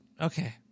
Okay